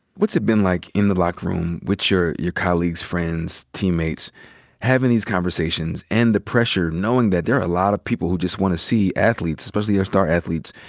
what's it been like in the locker room with your your colleagues, friends, teammates having these conversations and the pressure knowing that there ah are of people who just want to see athletes, especially their star athletes,